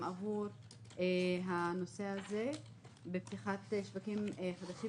עבור הנושא הזה בפתיחת שווקים חדשים.